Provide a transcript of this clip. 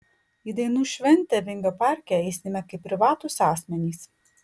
į dainų šventę vingio parke eisime kaip privatūs asmenys